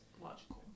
Logical